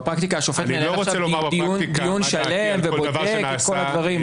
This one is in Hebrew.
בפרקטיקה השופט מנהל דיון שלם ובודק את כל הדברים.